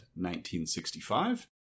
1965